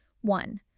One